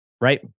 right